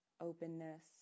Openness